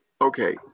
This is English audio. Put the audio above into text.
okay